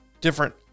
different